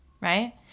right